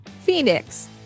Phoenix